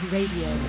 Radio